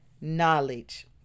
knowledge